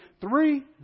Three